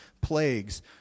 plagues